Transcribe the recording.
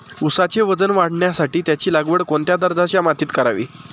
ऊसाचे वजन वाढवण्यासाठी त्याची लागवड कोणत्या दर्जाच्या मातीत करावी?